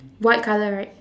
white colour right